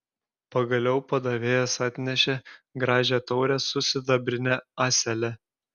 pagaliau padavėjas atnešė gražią taurę su sidabrine ąsele